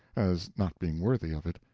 as not being worthy of it,